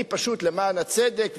אני פשוט למען הצדק,